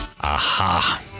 Aha